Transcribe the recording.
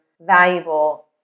valuable